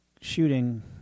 shooting